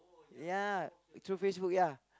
ya through Facebook ya